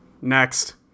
Next